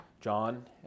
John